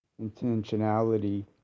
intentionality